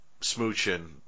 smooching